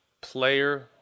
player